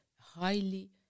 highly